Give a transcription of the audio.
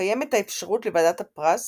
קיימת האפשרות לוועדת הפרס